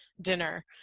dinner